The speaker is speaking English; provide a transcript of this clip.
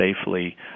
safely